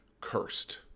cursed